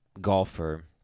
golfer